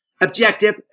objective